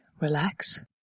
relax